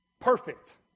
Perfect